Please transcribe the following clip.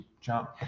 jump